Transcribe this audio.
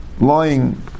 lying